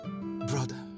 Brother